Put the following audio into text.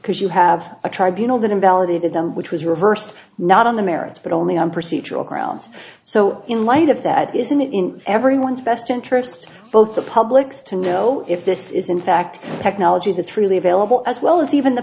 because you have a tribunal that invalidated them which was reversed not on the merits but only on procedural grounds so in light of that isn't it in everyone's best interest both the public's to know if this is in fact technology that's really available as well as even the